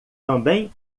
também